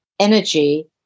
energy